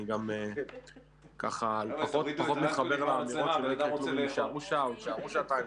אני גם ככה פחות מתחבר לאמירות שיישארו שעה או יישארו שעתיים,